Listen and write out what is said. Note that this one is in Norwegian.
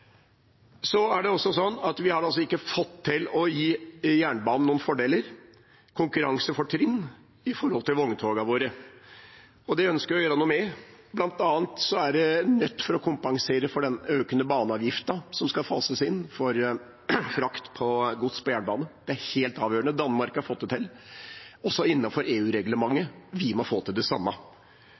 Så har vi ikke fått til å gi jernbanen noen fordeler og konkurransefortrinn i forhold til vogntogene våre. Det ønsker vi å gjøre noe med. Blant annet er man nødt til å kompensere for den økende baneavgiften som skal fases inn for frakt av gods på jernbane. Det er helt avgjørende. Danmark har fått det til, også innenfor EU-reglementet. Vi må få til det samme.